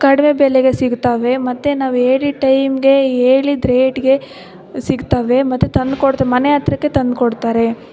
ಕಡಿಮೆ ಬೆಲೆಗೆ ಸಿಗ್ತಾವೆ ಮತ್ತು ನಾವು ಹೇಳಿದ ಟೈಮ್ಗೆ ಹೇಳಿದ ರೇಟ್ಗೆ ಸಿಗ್ತವೆ ಮತ್ತು ತಂದ್ಕೊಡ್ತಾರೆ ಮನೆ ಹತ್ರಕ್ಕೆ ತಂದುಕೊಡ್ತಾರೆ